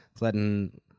letting